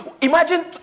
Imagine